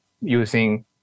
using